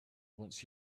once